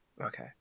Okay